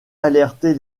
alerter